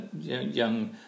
young